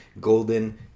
Golden